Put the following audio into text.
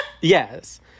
Yes